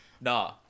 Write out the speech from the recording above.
Nah